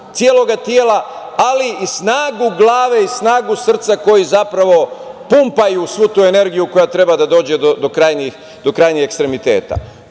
celog tela, ali i snagu u glavi i snagu srca koji zapravo pumpaju svu tu energiju koja treba da dođe do krajnjih ekstremiteta. Naravno